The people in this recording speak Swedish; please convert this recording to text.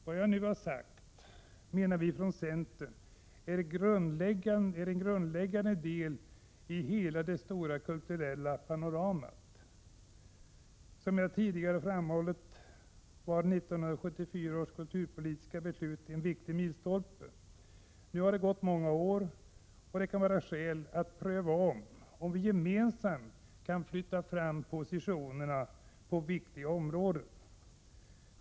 Vad jag nu har sagt är, menar vi från centern, en grundläggande del i det stora kulturella panoramat. Som jag tidigare framhållit var 1974 års kulturpolitiska beslut en viktig milstolpe. Nu har många år gått, och det kan vara skäl att pröva, om vi gemensamt kan flytta fram positionerna på viktiga områden.